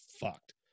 fucked